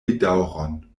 bedaŭron